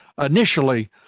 initially